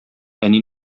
әни